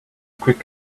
quick